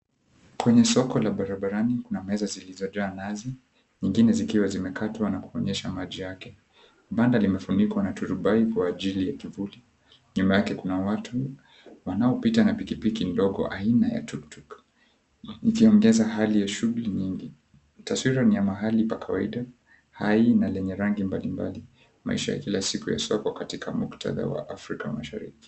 Kwenye soko la barabarani kuna meza zilizojaa nazi nyingine zikiwa zimekatwa na kuonyesha maji yake. Banda limefunikwa na turubai Kwa ajili ya kivuli. Nyuma yake kuna watu wanaopita na pikipiki ndogo aina ya tuktuk ikiongeza hali ya shughuli nyingi. Taswira ni ya mahali pa kawaida, hai na lenye rangi mbalimbali, maisha ya kila siku ya soko katika muktadha wa Afrika mashariki.